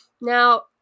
Now